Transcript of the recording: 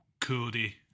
Cody